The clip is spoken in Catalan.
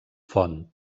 font